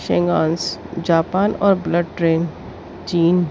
Shinkansen Japan اور bullet train چین